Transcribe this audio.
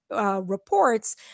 Reports